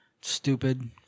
Stupid